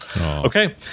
Okay